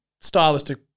stylistic